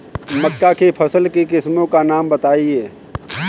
मक्का की फसल की किस्मों का नाम बताइये